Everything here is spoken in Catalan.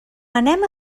anem